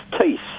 teeth